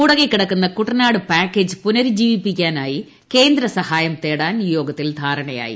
മുടങ്ങിക്കിടക്കുന്ന Kuttanad package പുനരുജ്ജീവിപ്പിക്കാനായി കേന്ദ്രസഹായം തേടാൻ യോഗത്തിൽ ധാരണയായി